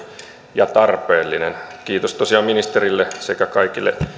ja tarpeellinen kiitos tosiaan ministerille sekä kaikille